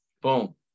boom